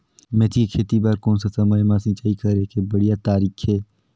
मेथी के खेती बार कोन सा समय मां सिंचाई करे के बढ़िया तारीक हे?